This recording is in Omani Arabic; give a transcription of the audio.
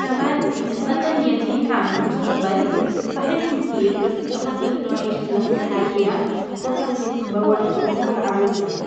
كمان إني أتقدم ميتين عام في المستقبل، صحيح، مثير، بس أفضل إنه أعيش في اللحظة الحالية وأفهم كيف تطورت الأمور عبر الزمن